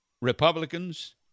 Republicans